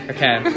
Okay